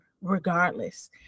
regardless